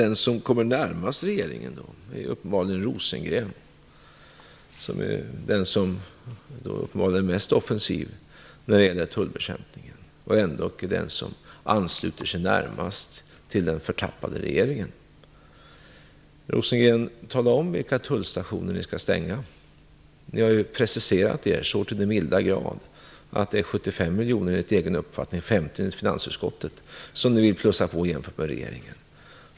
Den som kommer närmast regeringens förslag är Per Rosengren, som uppenbarligen är den som är mest offensiv när det gäller tullens narkotikabekämpning och ändå är den som ansluter sig närmast till den förtappade regeringen. Tala om vilka tullstationer ni skall stänga, Per Rosengren! Ni har ju preciserat er så till den milda grad att ni enligt egen uppfattning vill plussa på med 75 miljoner, 50 enligt finansutskottet, jämfört med regeringen.